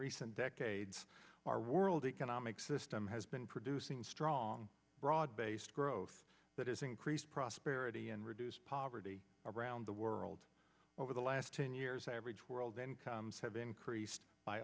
recent decades our world economic system has been producing strong broad based growth that has increased prosperity and reduce poverty around the world over the last ten years average world incomes have increased by